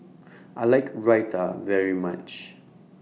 I like Raita very much